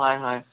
হয় হয়